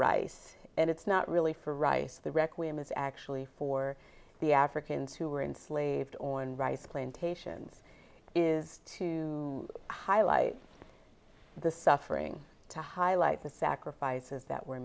rice and it's not really for rice the requiem is actually for the africans who were enslaved on rice plantations is to highlight the suffering to highlight the sacrifices that were